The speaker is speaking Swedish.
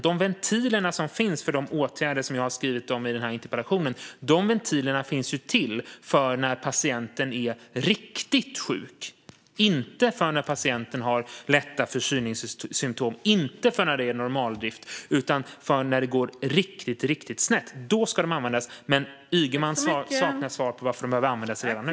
De ventiler som finns för de åtgärder som jag har skrivit om i interpellationen finns ju till för när patienten är riktigt sjuk, inte för när patienten har lätta förkylningssymtom - inte för när det är normaldrift, utan för när det går riktigt snett. Då ska de användas, men Ygeman saknar svar på varför de behöver användas redan nu.